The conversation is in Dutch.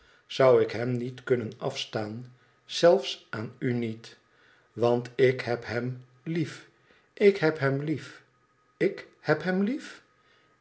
zou ik hem niet kunnen afstaan zelfe aan u niet want ik heb hem lief ik heb hem lief ik heb hem lief